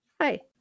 hi